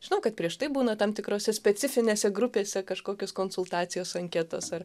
žinau kad prieš tai būna tam tikrose specifinėse grupėse kažkokios konsultacijos anketos ar